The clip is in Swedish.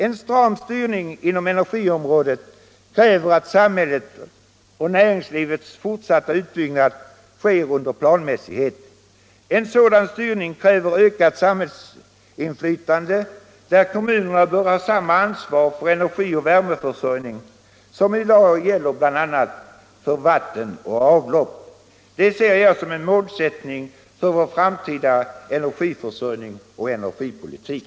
En stram styrning inom energiområdet kräver att samhällets och näringslivets fortsatta utbyggnad sker under planmässighet. En sådan styrning kräver ökat samhällsinflytande, där kommunerna bör ha samma ansvar för energioch värmeförsörjningen som i dag gäller för bl.a. vatten och avlopp. Det ser jag som en målsättning för vår framtida energiförsörjning och energipolitik.